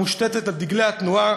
המושתתת על דגלי התנועה,